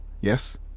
Yes